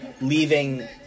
leaving